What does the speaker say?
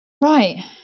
Right